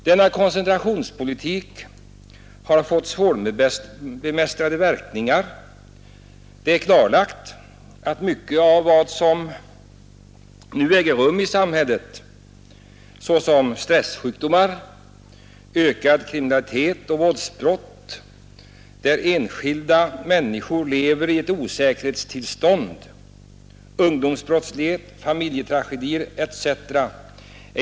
Denna koncentrationspolitik har fått svårbemästrade verkningar. Det är klarlagt att mycket av vad som nu äger rum i samhället — stressjukdomar, en ökad kriminalitet, som gör att enskilda människor lever i ett osäkerhetstillstånd, ungdomsbrottsligheten, familjetragedier etc.